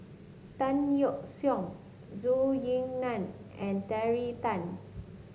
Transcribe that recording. Tan Yeok Seong Zhou Ying Nan and Terry Tan